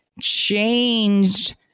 changed